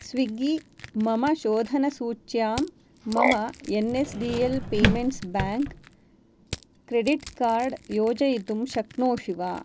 Swiggy मम शोधनसूच्यां मम N S D L payments bank credit card योजयितुं शक्नोषि वा